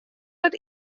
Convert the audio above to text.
wat